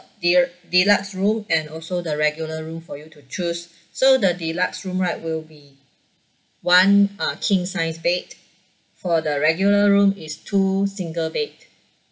del~ deluxe room and also the regular room for you to choose so the deluxe room right will be one uh king size bed for the regular room is two single bed